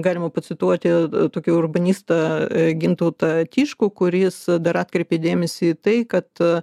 galima pacituoti tokį urbanistą gintautą tiškų kuris dar atkreipė dėmesį į tai kad